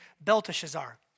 Belteshazzar